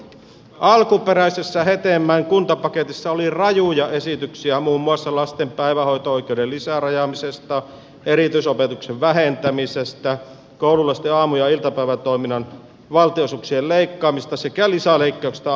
alkuperäisessä hetemäen kuntapaketissa oli rajuja esityksiä muun muassa lasten päivähoito oikeuden lisärajaamisesta erityisopetuksen vähentämisestä koululaisten aamu ja iltapäivätoiminnan valtionosuuksien leikkaamisesta sekä lisäleikkauksista ammattikorkeakouluille